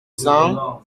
cents